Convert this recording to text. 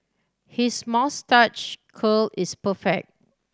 his moustache curl is